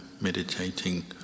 meditating